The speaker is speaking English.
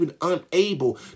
unable